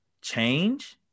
change